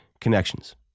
connections